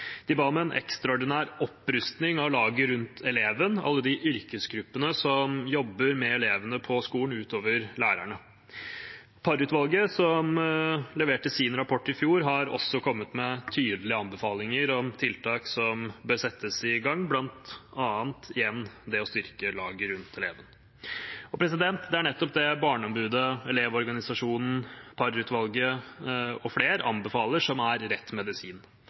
De ba om en ekstraordinær opprustning av laget rundt eleven, alle de yrkesgruppene som jobber med elevene på skolen utover lærerne. Parr-utvalget, som leverte sin rapport i fjor, har også kommet med tydelige anbefalinger om tiltak som bør settes i gang, bl.a. igjen det å styrke laget rundt eleven. Det er nettopp det Barneombudet, Elevorganisasjonen, Parr-utvalget og flere anbefaler som rett medisin